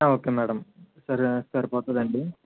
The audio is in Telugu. ఓకే మేడమ్ సరే సరిపోతుంది అండి